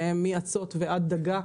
מאצות ועד דגה,